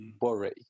worry